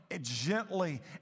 gently